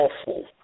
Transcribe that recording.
awful